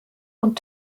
und